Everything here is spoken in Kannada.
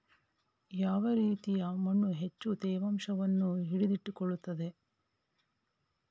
ಯಾವ ರೀತಿಯ ಮಣ್ಣು ಹೆಚ್ಚು ತೇವಾಂಶವನ್ನು ಹಿಡಿದಿಟ್ಟುಕೊಳ್ಳುತ್ತದೆ?